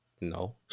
No